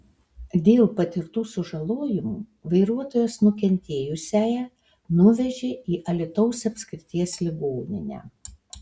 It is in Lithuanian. dėl patirtų sužalojimų vairuotojas nukentėjusiąją nuvežė į alytaus apskrities ligoninę